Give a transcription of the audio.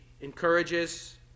encourages